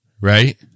right